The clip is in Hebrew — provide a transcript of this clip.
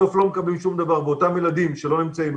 בסוף לא מקבלים שום דבר ואותם ילדים שלא נמצאים,